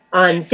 on